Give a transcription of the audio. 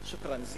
שוכראן.